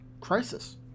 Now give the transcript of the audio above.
crisis